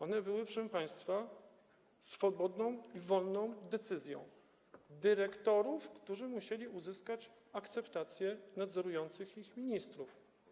One były, proszę państwa, wyłaniane swobodną i wolną decyzją dyrektorów, którzy musieli uzyskać akceptację nadzorujących ich ministrów.